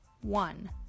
one